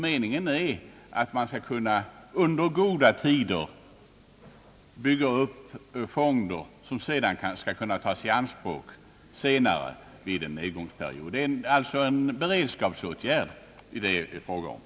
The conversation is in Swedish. Meningen är att man under goda tider skall kunna bygga upp fonder som skall kunna tas i anspråk senare vid en nedgångsperiod. Det är alltså fråga om en beredskapsåtgärd.